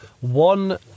one